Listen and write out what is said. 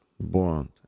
born